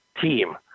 team